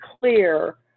clear